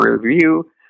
Review